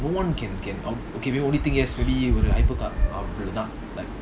no one can can oh okay only thing yes maybe அவ்ளோதான்:avlodhan like